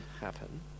happen